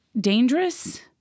dangerous